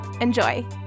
Enjoy